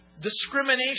discrimination